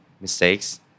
mistakes